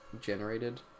generated